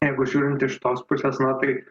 jeigu žiūrint iš tos pusės na tai